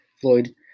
Floyd